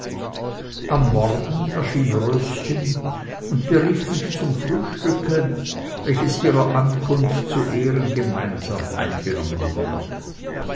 am morgen erschien röschen und berief mich zum frühstücke welches ihrer ankunft zu ehren gemeinsam eingenommen werde